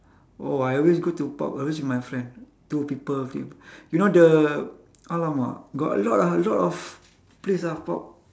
oh I always go to pub always with my friend two people you know the alamak got a lot ah a lot of place ah pub